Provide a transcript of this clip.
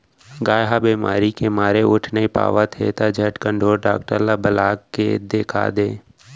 गाय ह बेमारी के मारे उठ नइ पावत हे त झटकन ढोर डॉक्टर ल बला के देखा दे